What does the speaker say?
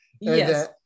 Yes